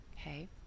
okay